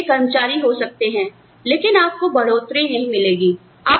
आप एक अच्छे कर्मचारी हो सकते हैं लेकिन आपको बढ़ोतरी नहीं मिलेगी